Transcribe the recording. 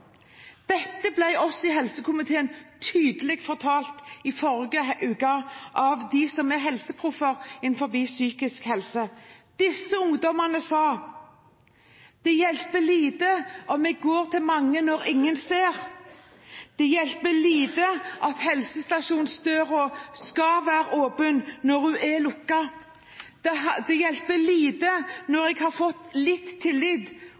Dette ble vi i helsekomiteen tydelig fortalt i forrige uke av dem som er helseproffer innenfor psykisk helse. De ungdommene sa: Det hjelper lite om vi går til mange når ingen ser. Det hjelper lite at helsestasjonsdøren skal være åpen når den er lukket. Det hjelper lite når en har fått litt